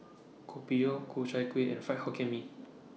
Kopi O Ku Chai Kueh and Fried Hokkien Mee